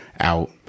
out